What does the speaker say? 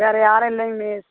வேறே யாரும் இல்லைங்க மிஸ்